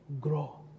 grow